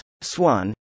Swan